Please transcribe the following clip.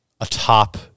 atop